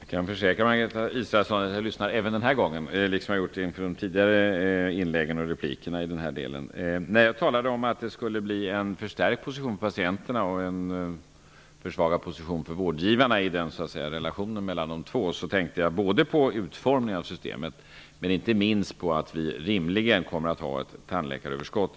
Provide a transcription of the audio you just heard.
Fru talman! Jag kan försäkra Margareta Israelsson om att jag även den här gången lyssnar, liksom jag har gjort tidigare. Jag talade om att det skulle bli en förstärkt position för patienterna och en försvagad position för vårdgivarna i relationen dem emellan. Då tänkte jag på utformningen av systemet och inte minst på att vi rimligen kommer att ha ett tandläkaröverskott.